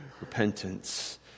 repentance